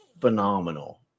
phenomenal